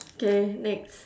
K next